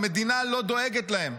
המדינה לא דואגת להם.